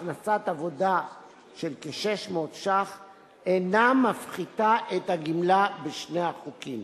הכנסת עבודה של כ-600 שקלים אינה מפחיתה את הגמלה בשני החוקים.